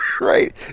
right